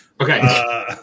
Okay